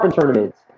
tournaments